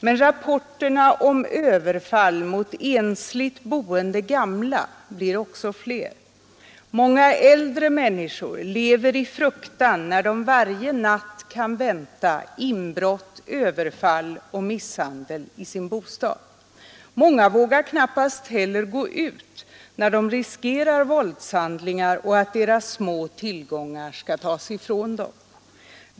Men rapporterna om överfall mot ensligt boende gamla blir också fler. Många äldre människor lever i fruktan, när de varje natt kan vänta inbrott, överfall och misshandel i sin bostad. Många vågar knappast heller gå ut, när de riskerar att bli utsatta för våldshandlingar och att deras små tillgångar skall tas ifrån dem.